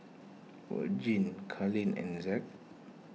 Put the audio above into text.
Vergil Karlene and Zack